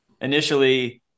initially